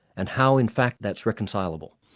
and how in fact that's reconcilable.